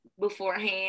beforehand